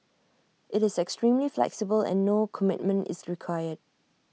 IT is extremely flexible and no commitment is required